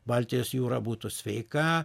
baltijos jūra būtų sveika